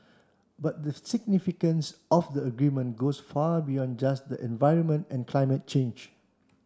but the significance of the agreement goes far beyond just the environment and climate change